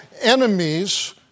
enemies